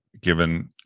given